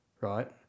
Right